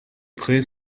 prés